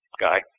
guy